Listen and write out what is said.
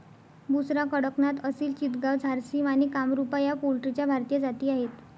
बुसरा, कडकनाथ, असिल चितगाव, झारसिम आणि कामरूपा या पोल्ट्रीच्या भारतीय जाती आहेत